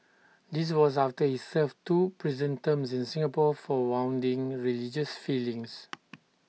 this was after he served two prison terms in Singapore for wounding religious feelings